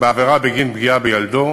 בעבירה בגין פגיעה בילדו,